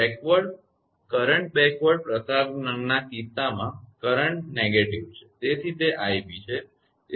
તેથી current backward પ્રસરણના કિસ્સામાં કરંટ નકારાત્મક છે તેથી તે 𝑖𝑏 છે